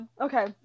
Okay